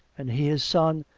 and he, his son,